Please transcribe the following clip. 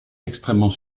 extrêmement